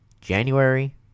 January